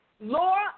Laura